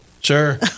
Sure